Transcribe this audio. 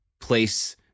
place